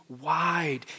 wide